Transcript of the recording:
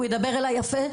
הוא ידבר אליי יפה.